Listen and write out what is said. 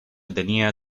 tenía